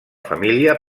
família